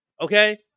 Okay